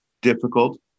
difficult